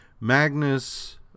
Magnus